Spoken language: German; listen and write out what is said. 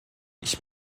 ich